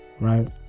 Right